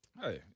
Hey